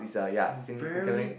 very